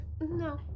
No